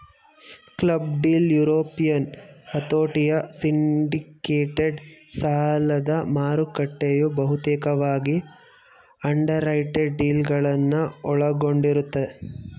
club deal European ಹತೋಟಿಯ syndicated ಸಾಲದಮಾರುಕಟ್ಟೆಯು ಬಹುತೇಕವಾಗಿ ಅಂಡರ್ರೈಟೆಡ್ ಡೀಲ್ಗಳನ್ನ ಒಳಗೊಂಡಿರುತ್ತೆ